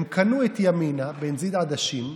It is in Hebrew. הם קנו את ימינה בנזיד עדשים,